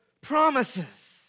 promises